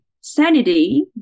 sanity